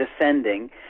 descending